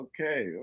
Okay